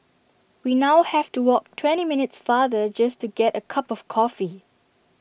we now have to walk twenty minutes farther just to get A cup of coffee